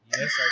Yes